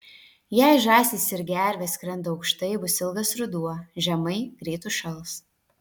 jei žąsys ir gervės skrenda aukštai bus ilgas ruduo žemai greit užšals